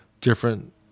different